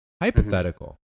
Hypothetical